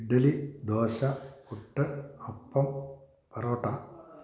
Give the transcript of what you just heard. idli dosa puttu appam parotta